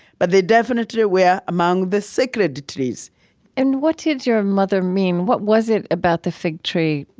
but they definitely were among the sacred trees and what did your mother mean? what was it about the fig tree?